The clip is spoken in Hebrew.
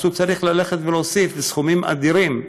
אז הוא צריך ללכת ולהוסיף סכומים אדירים.